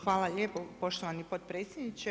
Hvala lijepo poštovani potpredsjedniče.